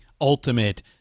ultimate